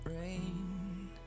rain